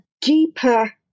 deeper